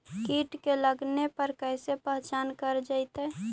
कीट के लगने पर कैसे पहचान कर जयतय?